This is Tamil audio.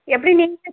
எப்படி நின்று